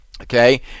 Okay